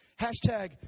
Hashtag